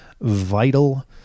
vital